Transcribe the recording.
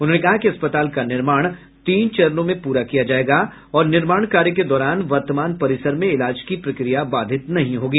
उन्होंने कहा कि अस्पताल का निर्माण तीन चरणों में प्रा किया जायेगा और निर्माण कार्य के दौरान वर्तमान परिसर में इलाज की प्रक्रिया बाधित नहीं होगी